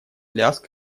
лязг